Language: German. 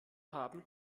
haben